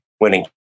winning